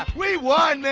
um we won, man,